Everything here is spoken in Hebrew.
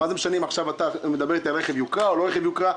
מה זה משנה אם עכשיו אתה מדבר על רכב יוקרה או לא רכב יוקרה?